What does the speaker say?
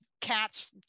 cats